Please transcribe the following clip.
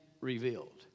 revealed